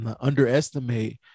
underestimate